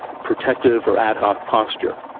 protective, or ad hoc posture.